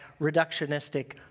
reductionistic